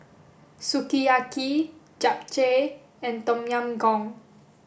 Sukiyaki Japchae and Tom Yam Goong